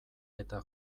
eta